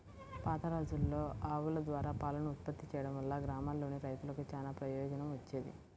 పాతరోజుల్లో ఆవుల ద్వారా పాలను ఉత్పత్తి చేయడం వల్ల గ్రామాల్లోని రైతులకు చానా ప్రయోజనం వచ్చేది